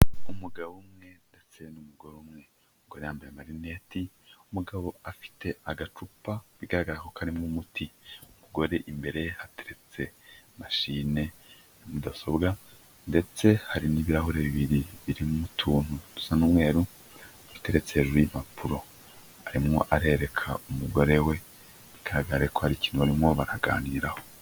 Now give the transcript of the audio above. Umugabo umwe ndetse n'umugore umwe, umugore yambaye amarineti, umugabo afite agacupa bigaragara ko karimo umuti, umugore imbere ye hateretse mashine ya mudasobwa ndetse hari n'ibirahure bibiri birimo utuntu dusa n'umweru duteretse hejuru y'impapuro, arimwo arereka umugore we, bigarare ko hari ikintu barimo baraganiraho.